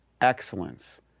excellence